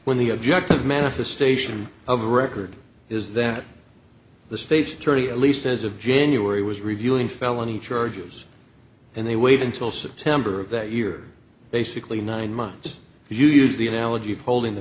when the objective manifestation of record is that the state's attorney at least as of january was reviewing felony charges and they wait until september of that year basically nine months if you use the analogy of holding the